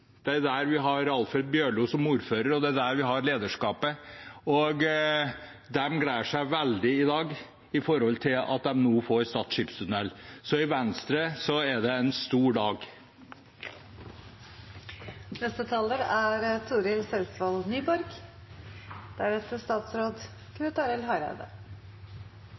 Der har vi Alfred Bjørlo som ordfører, og det er der vi har lederskapet. De gleder seg veldig i dag over at de nå får Stad skipstunnel. Så i Venstre er det en stor dag. Dette er